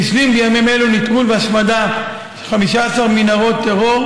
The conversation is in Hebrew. והשלים בימים אלו נטרול והשמדה של 15 מנהרות טרור.